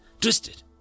Twisted